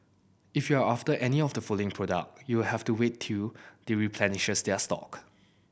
if you're after any of the following product you'll have to wait till they replenish their stock